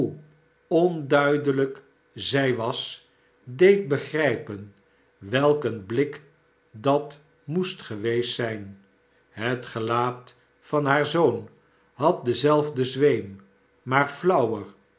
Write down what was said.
onduidelijk zij was deed begrijpen welk een blik dat moest geweest zijn het gelaat van haar zoon had denzelfden zweem maar flauwer